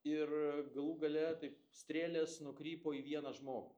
ir galų gale taip strėlės nukrypo į vieną žmogų